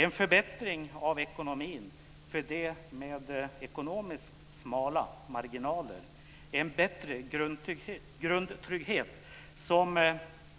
En förbättring av ekonomin för de med ekonomiskt smala marginaler, en bättre grundtrygghet, som